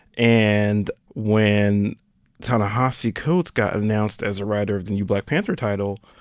and when ta-nehisi coates got announced as a writer of the new black panther title,